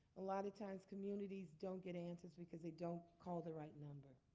a lot of times communities don't get answers because they don't call the right number.